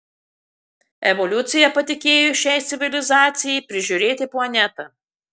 evoliucija patikėjo šiai civilizacijai prižiūrėti planetą